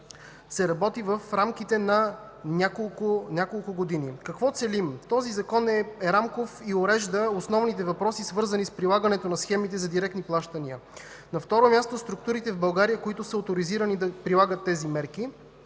се работи в рамките на няколко години. Какво целим? Този закон е рамков и урежда основните въпроси, свързани с прилагането на схемите за директни плащания; на второ място – структурите в България, които са оторизирани да прилагат тези мерки.